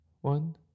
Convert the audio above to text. One